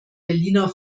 berliner